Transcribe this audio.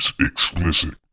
explicit